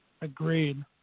Agreed